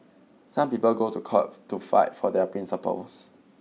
some people go to court to fight for their principles